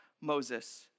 Moses